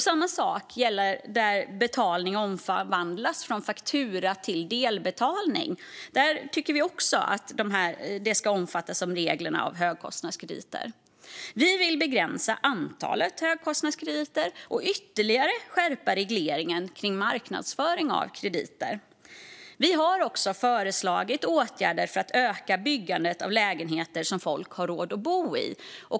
Samma sak gäller köp där betalning omvandlas från faktura till delbetalning - vi vill att de också ska omfattas av reglerna om högkostnadskrediter. Vi vill begränsa antalet högkostnadskrediter och ytterligare skärpa regleringen kring marknadsföring av krediter. Vi har också föreslagit åtgärder för att öka byggandet av lägenheter som folk har råd att bo i.